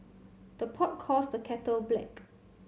the pot calls the kettle black